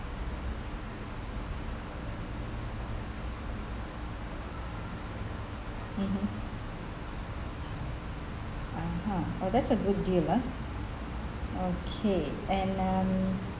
mmhmm (uh huh) orh that's a good deal ah okay and um